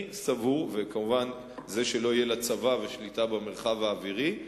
וכמובן שלא יהיו לה צבא ושליטה במרחב האווירי,